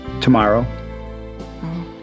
Tomorrow